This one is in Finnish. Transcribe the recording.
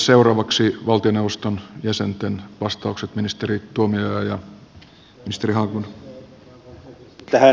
seuraavaksi valtioneuvoston jäsenten vastaukset ministeri tuomioja ja ministeri haglund